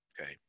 okay